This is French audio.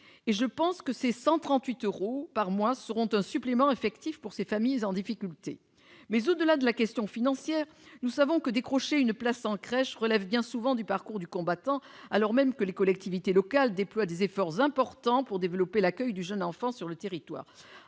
et je pense que ces 138 euros par mois seront une aide effective pour ces familles en difficulté. Mais, au-delà de la question financière, nous savons que décrocher une place en crèche relève bien souvent du parcours du combattant, alors même que les collectivités locales déploient des efforts importants pour développer l'accueil du jeune enfant sur le territoire.